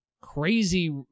crazy